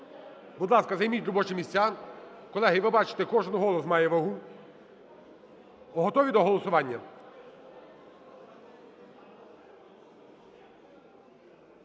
Будь ласка, займіть робочі місця, колеги, ви бачите, кожен голос має вагу. Готові до голосування?